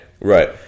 Right